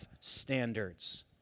standards